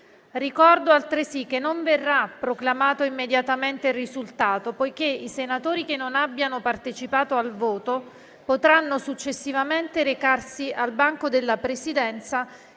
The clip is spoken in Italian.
Ricordo altresì che il risultato non verrà proclamato immediatamente. I senatori che non abbiano partecipato al voto potranno successivamente recarsi al banco della Presidenza